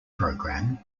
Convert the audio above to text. program